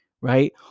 right